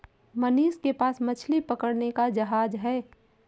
मनीष के पास मछली पकड़ने का जहाज है